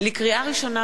לקריאה ראשונה,